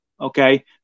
okay